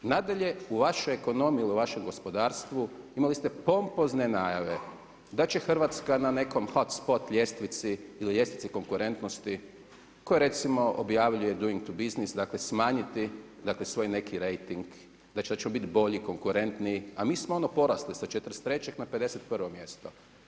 Nadalje, u vašoj ekonomiji ili u vašem gospodarstvu, imali ste pompozne najave da će Hrvatske na nekoj hot spot ljestvici ili ljestvici konkurentnosti koju recimo objavljuje Doing to Business dakle smanjiti svoj neki rejting, da ćemo biti bolji, konkurentniji, a mi smo ono porasli sa 43. na 51. mjesto.